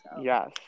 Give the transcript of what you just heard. Yes